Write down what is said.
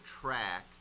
track